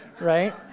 right